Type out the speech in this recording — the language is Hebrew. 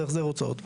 זה החזר הוצאות.